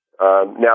Now